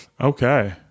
Okay